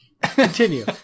continue